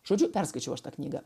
žodžiu perskaičiau aš tą knygą